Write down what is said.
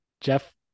Jeff